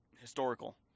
historical